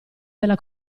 della